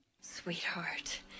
Sweetheart